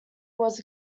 was